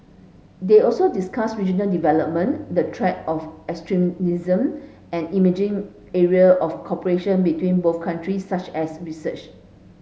they also discussed regional development the threat of extremism and emerging area of cooperation between both country such as research